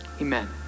amen